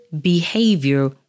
behavior